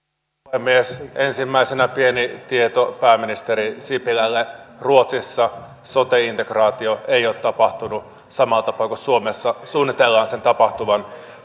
puhemies ensimmäisenä pieni tieto pääministeri sipilälle ruotsissa sote integraatio ei ole tapahtunut samalla tapaa kuin suomessa suunnitellaan sen tapahtuvan